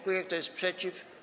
Kto jest przeciw?